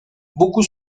beaucoup